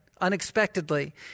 Unexpectedly